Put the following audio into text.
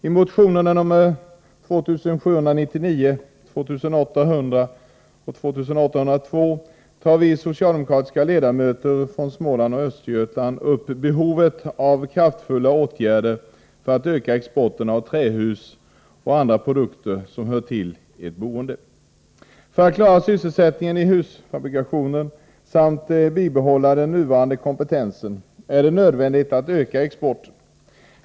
I motionerna 2799, 2800 och 2802 tar vi socialdemokratiska ledamöter från Småland och Östergötland upp behovet av kraftfulla åtgärder för att öka exporten av trähus och andra produkter som hör till boendet. För att klara sysselsättningen inom husfabrikationen samt bibehålla den nuvarande kompetensen är det nödvändigt att öka exporten.